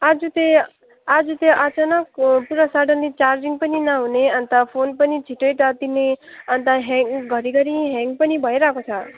आज त आज त अचानक पुरा सडन्ली चार्जिङ पनि नहुने अनि त फोन पनि छिटै तातिने अनि त ह्याङ घरी घरी ह्याङ पनि भइरहेको छ